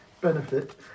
benefit